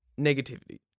negativity